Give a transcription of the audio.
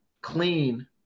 clean